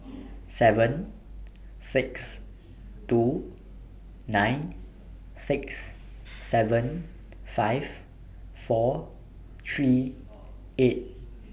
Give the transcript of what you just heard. seven six two nine six seven five four three eight